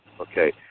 Okay